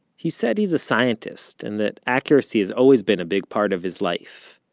he said he's a scientist, and that accuracy has always been a big part of his life.